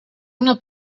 una